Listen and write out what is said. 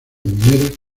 mineras